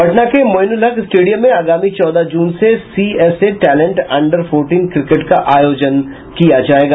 पटना के माईनुल हक स्टेडियम में अगामी चौदह जून से CSA talent under fourteen cricket का आयोजन किया जायेगा